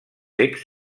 text